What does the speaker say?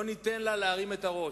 לא ניתן לה להרים את הראש,